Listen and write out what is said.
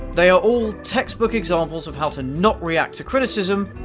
they are all textbook examples of how to not react to criticism,